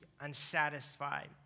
unsatisfied